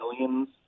millions